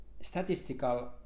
statistical